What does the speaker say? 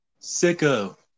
Sicko